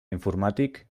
informàtic